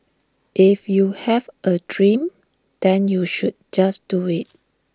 if you have A dream then you should just do IT